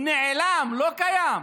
הוא נעלם, לא קיים.